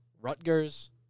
Rutgers